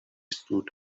stood